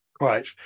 Right